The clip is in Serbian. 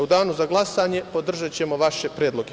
U danu za glasanje podržaćemo vaše predloge.